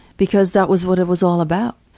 because that was what it was all about.